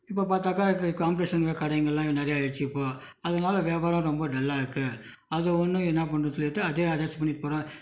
இப்போ பார்த்தாக்கா காம்பெடிசனில் கடைங்களெல்லாம் நிறையா ஆகிருச்சி இப்போது அதனால் வியாபாரம் ரொம்ப டல்லாக இருக்குது அதை ஒன்றும் என்ன பண்ணுறது சொல்லிட்டு அதே அட்ஜெஸ்ட் பண்ணிகிட்டு போகிறோம்